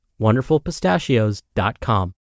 wonderfulpistachios.com